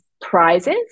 prizes